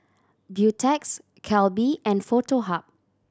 Beautex Calbee and Foto Hub